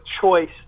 choice